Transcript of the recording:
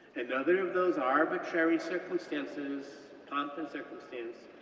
another of those arbitrary circumstances, pomp and circumstance,